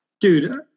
dude